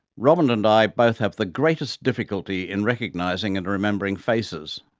robyn and i both have the greatest difficulty in recognizing and remembering faces.